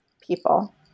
people